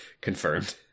Confirmed